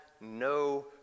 no